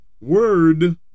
Word